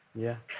yeah.